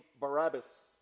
Barabbas